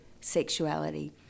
sexuality